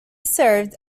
served